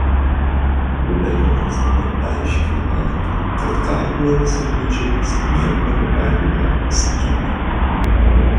levinas dabar aiškiai matė kad kaufmanas ir mičelis nieko negali jam pasakyti